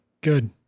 Good